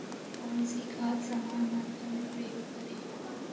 कौन सी खाद समान मात्रा में प्रयोग करें?